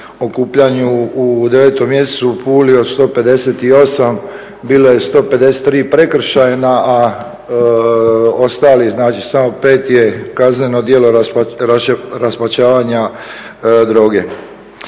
okupljanju u 9. mjesecu u Puli od 158 bilo je 153 prekršajna, a ostalih, znači samo 5 je kazneno djelo raspačavanja droge.